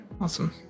Awesome